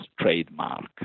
trademark